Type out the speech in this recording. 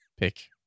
pick